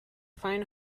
fine